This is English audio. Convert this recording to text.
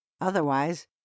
otherwise